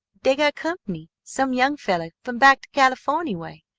dey got cumpney some young fellah fum back to californy way.